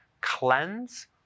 cleanse